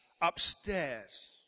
upstairs